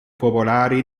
popolari